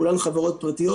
כולן חברות פרטיות